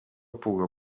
puga